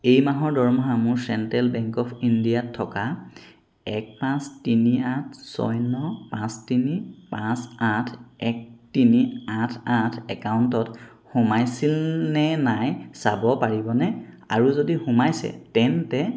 এই মাহৰ দৰমহা মোৰ চেণ্ট্ৰেল বেংক অৱ ইণ্ডিয়াত থকা এক পাঁচ তিনি আঠ ছয় ন পাঁচ তিনি পাঁচ আঠ এক তিনি আঠ আঠ একাউণ্টত সোমাইছিল নে নাই চাব পাৰিবনে আৰু যদি সোমাইছে তেন্তে